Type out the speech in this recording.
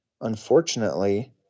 unfortunately